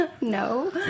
No